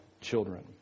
children